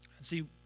See